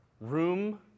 room